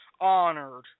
honored